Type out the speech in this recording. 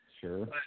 Sure